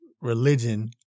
religion